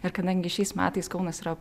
ir kadangi šiais metais kaunas yra